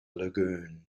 lagoon